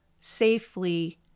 safely